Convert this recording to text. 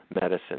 Medicine